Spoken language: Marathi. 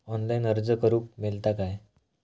ऑनलाईन अर्ज करूक मेलता काय?